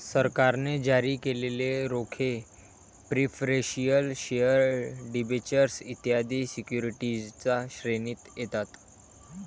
सरकारने जारी केलेले रोखे प्रिफरेंशियल शेअर डिबेंचर्स इत्यादी सिक्युरिटीजच्या श्रेणीत येतात